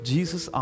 Jesus